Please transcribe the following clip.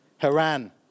Haran